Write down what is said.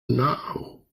now